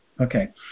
Okay